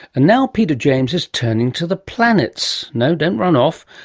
and now peter james is turning to the planets, no, don't run off,